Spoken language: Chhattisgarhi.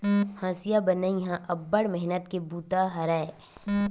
हँसिया बनई ह अब्बड़ मेहनत के बूता हरय